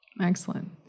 Excellent